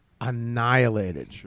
annihilated